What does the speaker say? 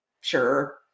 Sure